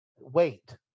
Wait